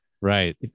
Right